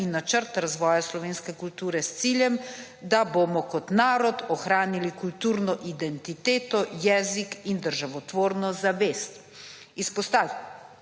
in načrt razvoja slovenske kulture z ciljem, da bomo kot narod ohranili kulturno identiteto, jezik in državotvorno zavest. Izpostavili so